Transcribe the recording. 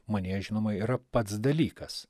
manyje žinoma yra pats dalykas